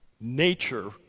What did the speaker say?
Nature